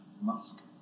musk